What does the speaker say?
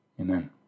amen